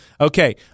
Okay